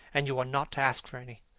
and you are not to ask for any.